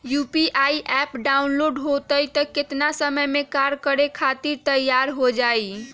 UPI app download होई त कितना समय मे कार्य करे खातीर तैयार हो जाई?